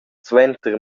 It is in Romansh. suenter